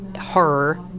horror